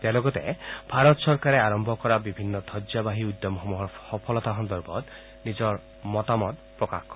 তেওঁ লগতে ভাৰত চৰকাৰে আৰম্ভ কৰা বিভিন্ন ধবজাবাহী উদ্যমসমূহৰ সফলতা সন্দৰ্ভত নিজৰ মতামত প্ৰকাশ কৰে